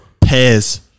Pairs